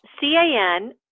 C-A-N